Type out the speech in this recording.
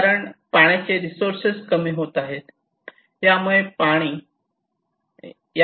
कारण पाण्याचे रिसोर्सेस कमी होत आहेत